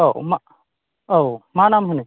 औ मा मा नाम होनो